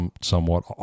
somewhat